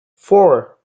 four